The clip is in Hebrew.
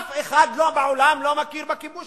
אף אחד בעולם לא מכיר בכיבוש